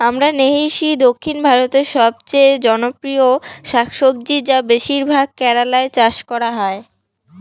আমরান্থেইসি দক্ষিণ ভারতের সবচেয়ে জনপ্রিয় শাকসবজি যা বেশিরভাগ কেরালায় চাষ করা হয়